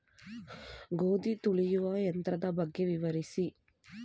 ಗೋಧಿ ತುಳಿಯುವ ಯಂತ್ರದ ಬಗ್ಗೆ ವಿವರಿಸಿ?